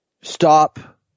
Stop